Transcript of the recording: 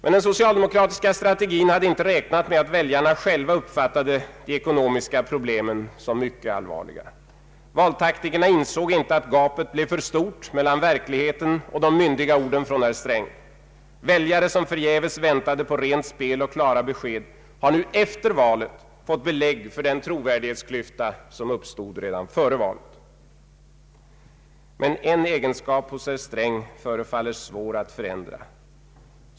Men den socialdemokratiska strategin hade inte räknat med att väljarna själva uppfattade de ekonomiska problemen som mycket allvarliga. Valtaktikerna in Allmänpolitisk debatt såg inte att gapet blev för stort mellan verkligheten och de myndiga orden från herr Sträng; väljare som förgäves väntade på rent spel och klara besked har nu efter valet fått belägg för den trovärdighetsklyfta som uppstod redan före valet. Men en egenskap hos herr Sträng förefaller svår att förändra.